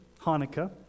Hanukkah